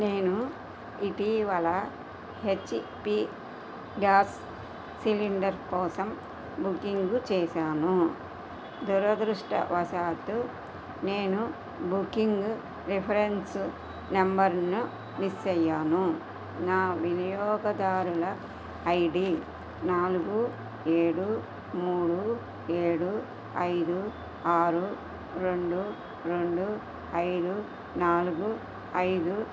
నేను ఇటీవల H P gas cylinder కోసం బుకింగు చేసాను దురదృష్టవశాత్తు నేను బుకింగ్ రిఫరెన్స్ నంబర్ను మిస్ అయ్యాను నా వినియోగదారుల ఐడి నాలుగు ఏడు మూడు ఏడు ఐదు ఆరు రెండు రెండు ఐదు నాలుగు ఐదు